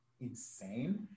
insane